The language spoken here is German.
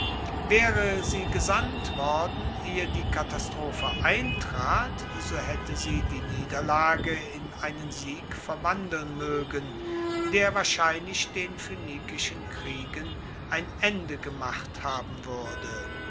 waere sie gesandt worden ehe die katastrophe eintrat so haette sie die niederlage in einen sieg verwandeln moegen der wahrscheinlich den phoenikischen kriegen ein ende gemacht haben wuerde